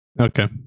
okay